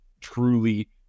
truly